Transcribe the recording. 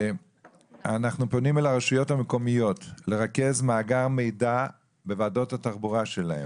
אנחנו פונים אל הרשויות המקומיות לרכז מאגר מידע בוועדות התחבורה שלהם,